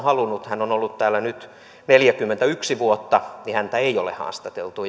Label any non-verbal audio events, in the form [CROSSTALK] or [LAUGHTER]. on halunnut hän on ollut täällä nyt neljäkymmentäyksi vuotta ei ole haastateltu [UNINTELLIGIBLE]